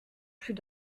plus